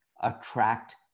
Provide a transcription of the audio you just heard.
attract